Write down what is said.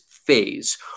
phase